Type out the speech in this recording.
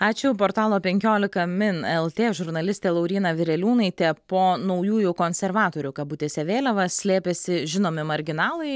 ačiū portalo penkiolika min lt žurnalistė lauryna vireliūnaitė po naujųjų konservatorių kabutėse vėliava slėpėsi žinomi marginalai